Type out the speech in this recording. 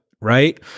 right